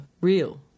real